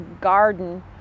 garden